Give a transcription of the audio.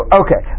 okay